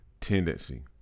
tendency